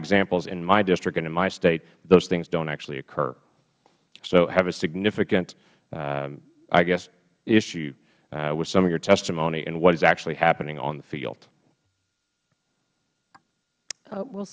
examples in my district and in my state those things don't actually occur so i have a significant i guess issue with some of your testimony and what is actually happening on the field